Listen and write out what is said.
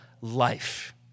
life